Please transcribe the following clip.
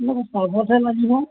মোক কমতহে লাগিব